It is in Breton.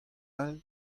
all